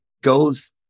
goes